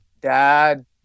dad